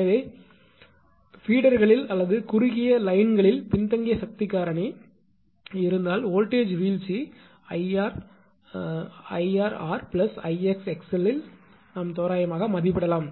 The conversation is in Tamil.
எனவே பீடர்களில் அல்லது குறுகிய லைன்களில் பின்தங்கிய சக்தி காரணிபவர் ஃபாக்டர் இருந்தால் வோல்ட்டேஜ் வீழ்ச்சி 𝐼𝑟𝑟 𝐼𝑥𝑥𝑙 இல் தோராயமாக மதிப்பிடலாம்